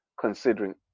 considering